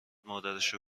مادرشو